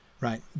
right